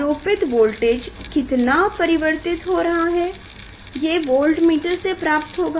आरोपित वोल्टेज कितना परिवर्तित हो रहा है ये वोल्टमीटर से प्राप्त होगा